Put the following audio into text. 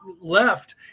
left